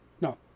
no